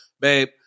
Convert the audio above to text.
babe